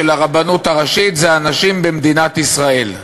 הרבנות הראשית זה הנשים במדינת ישראל: